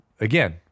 again